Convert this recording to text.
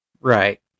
Right